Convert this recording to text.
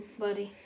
buddy